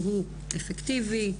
שהוא אפקטיבי,